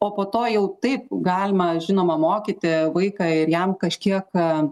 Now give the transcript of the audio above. o po to jau taip galima žinoma mokyti vaiką ir jam kažkiek